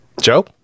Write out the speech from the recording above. joe